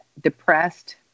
depressed